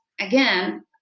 again